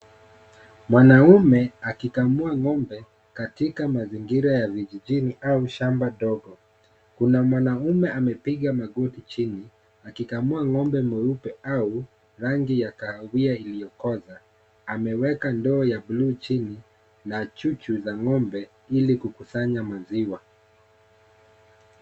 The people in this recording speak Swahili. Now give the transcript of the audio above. Mwanaume akikamua ngombe katika mazingira ya vijijini au shamba ndogo kuna mwanaume amepiga magoti chini akikamua ngombe mweupe au rangi ya kahawia iliyo koza ameweka ndoo ya bluu chini na chuchu za ngombe ili kukusanya maziwa.